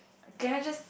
can I just